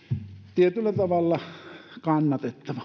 tietyllä tavalla kannatettava